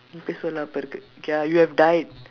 எப்ப சொல்லு அப்ப இருக்கு:eppa sollu appa irukku okay ah you have died